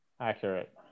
accurate